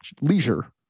leisure